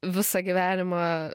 visą gyvenimą